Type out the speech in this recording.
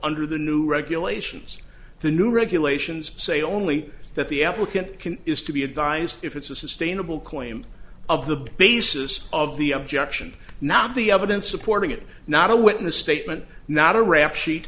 under the new regulations the new regulations say only that the applicant can is to be advised if it's a sustainable claim of the basis of the objection not the evidence supporting it not a witness statement not a rap sheet